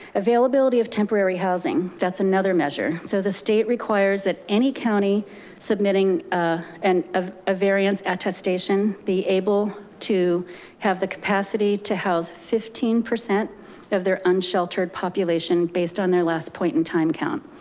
availability of temporary housing, that's another measure. so the state requires that any county submitting ah and a ah variance attestation be able to have the capacity to house fifteen percent of their unsheltered population based on their last point in time count.